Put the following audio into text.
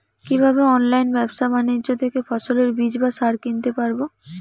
কীভাবে অনলাইন ব্যাবসা বাণিজ্য থেকে ফসলের বীজ বা সার কিনতে পারবো?